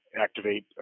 activate